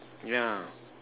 yeah